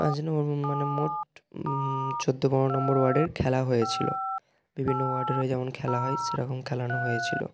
পাঁচ নম্বর মানে মোট চৌদ্দ পনেরো নম্বর ওয়ার্ডের খেলা হয়েছিল বিভিন্ন ওয়ার্ডের হয়ে যেমন খেলা হয় সেরকম খেলানো হয়েছিল